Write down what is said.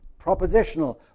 propositional